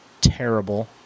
terrible